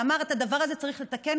ואמר: את הדבר הזה צריך לתקן,